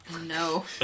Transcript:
no